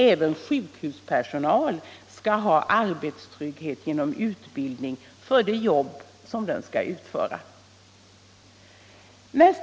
Även sjukhuspersonal skall ha arbetstrygghet genom utbildning för det jobb den skall utföra.